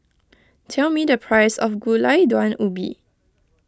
tell me the price of Gulai Daun Ubi